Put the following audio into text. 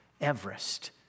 Everest